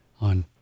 on